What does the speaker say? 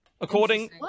according